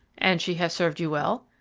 and she has served you well?